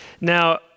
Now